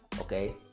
okay